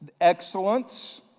excellence